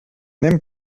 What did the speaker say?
n’aime